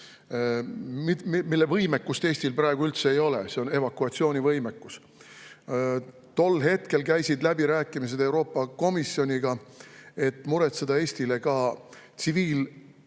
mille võimekust Eestil praegu üldse ei ole: evakuatsioonivõimekus. Tol hetkel käisid läbirääkimised Euroopa Komisjoniga, et muretseda Eestile